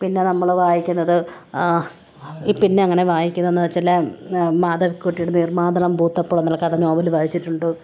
പിന്നെ നമ്മള് വായിക്കുന്നത് പിന്നെങ്ങനെ വായിക്കുന്നതെന്ന് വെച്ചാല് മാധവിക്കുട്ടിയുടെ നീർമാതളം പൂത്തപ്പോൾ എന്നുള്ള കഥ നോവല് വായിച്ചിട്ടുണ്ട്